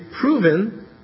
proven